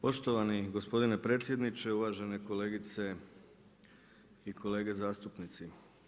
Poštovani gospodine predsjedniče, uvažene kolegice i kolege zastupnici.